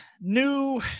New